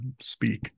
speak